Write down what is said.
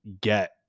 get